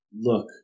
look